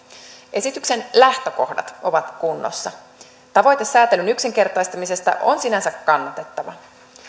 esityksen lähtökohdat ovat kunnossa tavoite säätelyn yksinkertaistamisesta on sinänsä kannatettava